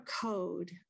code